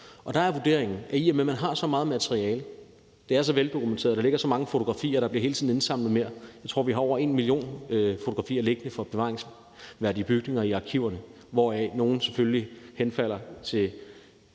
og med at man i forvejen har så meget materiale, at det er så veldokumenteret, at der ligger så mange fotografier, og der hele tiden bliver indsamlet mere – jeg tror, vi har over en million fotografier af bevaringsværdige bygninger liggende i arkiverne, hvoraf nogle selvfølgelig falder ind